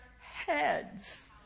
heads